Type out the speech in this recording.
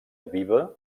viva